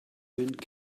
wind